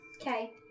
Okay